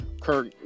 Kirk